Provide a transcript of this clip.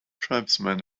tribesmen